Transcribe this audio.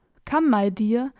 come, my dear,